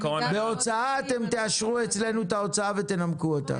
ובהוצאה אתם תאשרו אצלנו את ההוצאה ותנמקו אותה.